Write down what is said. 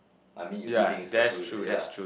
I mean you live in seclusion ya